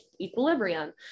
equilibrium